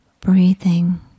breathing